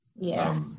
Yes